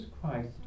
Christ